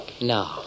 No